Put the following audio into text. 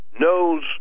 knows